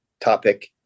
topic